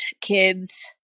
kids